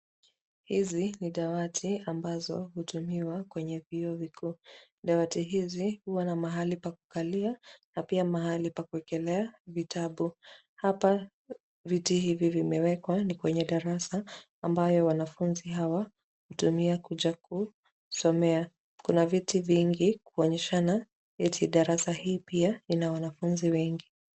Hizi ni dawati ambazo hutumiwa kwenye vyuo vikuu. Dawati hizi huwa na mahali pa kukalia na pia mahali pa kuwekelea vitabu. Hapa viti hivi vimewekwa ni kwenye darasa ambayo wanafunzi hawa hutumia kuja kusomea. Kuna viti vingi kuonyesha eti darasa hii pia ina wanafunzi wengi.